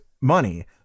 money